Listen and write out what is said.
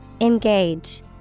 Engage